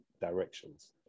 directions